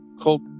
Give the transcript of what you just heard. cold